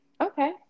Okay